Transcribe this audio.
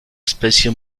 especie